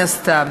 מן הסתם,